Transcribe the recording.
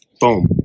Boom